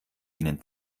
ihnen